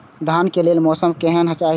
धान के लेल मौसम केहन चाहि?